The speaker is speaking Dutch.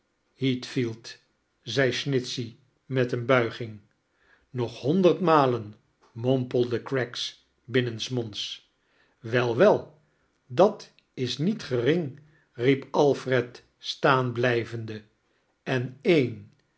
heathfield zei snitchey met eene buiging nog honderd malen mompelde craggs binnensmondsu wel wel dat is niet gering riep alfred staan blijvende en een